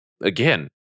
Again